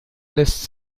lässt